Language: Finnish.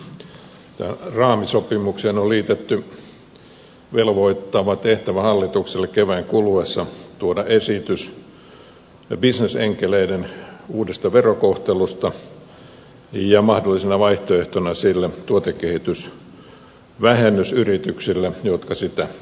tähän raamisopimukseen on liitetty velvoittava tehtävä hallitukselle kevään kuluessa tuoda esitys bisnesenkeleiden uudesta verokohtelusta ja mahdollisena vaihtoehtona sille tuotekehitysvähennys yrityksille jotka sitä tekevät